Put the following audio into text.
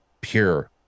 pure